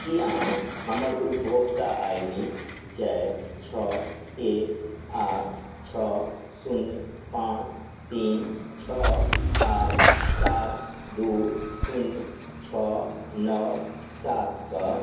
की अहाँ हमर उपभोक्ता आई डी चारि छओ एक आठ छओ शून्य पाँच तीन छओ आठ सात दू शून्य छओ नओ सातके